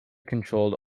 controlled